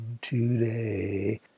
today